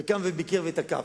קם, וביקר ותקף.